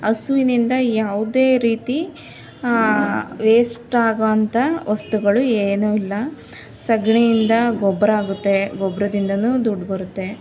ಹಸುವಿನಿಂದ ಯಾವುದೇ ರೀತಿ ವೇಸ್ಟ್ ಆಗೋ ಅಂಥ ವಸ್ತುಗಳು ಏನೂ ಇಲ್ಲ ಸಗಣಿಯಿಂದ ಗೊಬ್ಬರ ಆಗುತ್ತೆ ಗೊಬ್ಬರದಿಂದಲೂ ದುಡ್ಡು ಬರುತ್ತೆ